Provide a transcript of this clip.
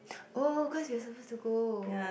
oh cause you were supposed to go